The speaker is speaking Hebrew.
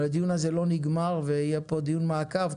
אבל הדיון הזה לא נגמר ויהיה פה דיון מעקב,